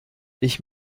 ich